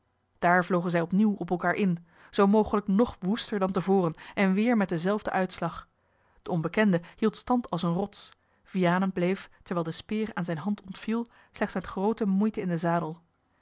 daar vlogen zij opnieuw op elkaar in zoo mogelijk nog woester dan te voren en weer met denzelfden uitslag de onbekende hield stand als eene rots vianen bleef terwijl de speer aan zijne hand ontviel slechts met groote moeite in den zadel